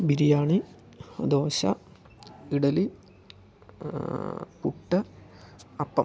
ബിരിയാണി ദോശ ഇഡലി പുട്ട് അപ്പം